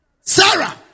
Sarah